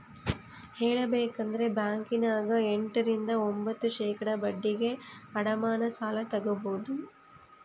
ಹೇಳಬೇಕಂದ್ರ ಬ್ಯಾಂಕಿನ್ಯಗ ಎಂಟ ರಿಂದ ಒಂಭತ್ತು ಶೇಖಡಾ ಬಡ್ಡಿಗೆ ಅಡಮಾನ ಸಾಲ ತಗಬೊದು